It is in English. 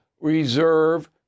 reserve